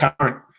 current